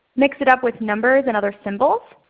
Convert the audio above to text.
mix it up with numbers and other symbols.